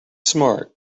smart